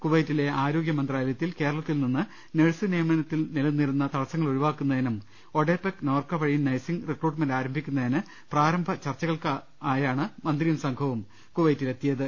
കുവൈറ്റിലെ ആരോഗ്യമന്ത്രാലയത്തിൽ കേരളത്തിൽ നിന്ന് നഴ്സ് നിയ മനത്തിൽ ന്ിലനിന്നിരുന്ന ്തടസ്സങ്ങൾ ഒഴിവാക്കുന്നതിനും ഒഡെപെക്ക് നോർക്ക വഴി നഴ്സിംഗ് റിക്രൂട്ട്മെന്റ് ആരംഭിക്കുന്നതിനും പ്രാരംഭ ചർച്ച കൾക്കായാണ് മന്ത്രിയും സംഘവും കുവൈറ്റിലെത്തിയത്